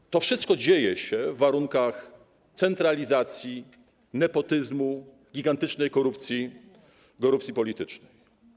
Otóż to wszystko dzieje się w warunkach centralizacji, nepotyzmu, gigantycznej korupcji, korupcji politycznej.